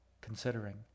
considering